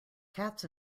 cats